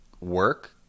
work